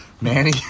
Manny